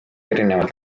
erinevad